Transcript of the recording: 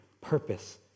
purpose